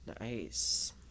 Nice